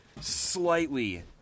slightly